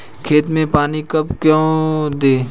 खेत में पानी कब और क्यों दें?